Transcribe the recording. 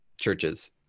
churches